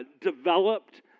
developed